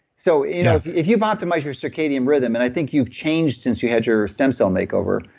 so you know if if you've optimized your circadian rhythm, and i think you've changed since you had your stem cell makeover,